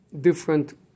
different